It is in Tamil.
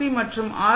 சி மற்றும் ஆர்